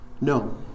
no